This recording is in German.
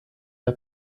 der